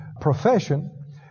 profession